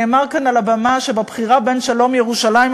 נאמר כאן על הבמה שבבחירה בין שלום לירושלים,